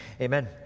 Amen